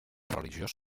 religiós